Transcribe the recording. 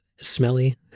smelly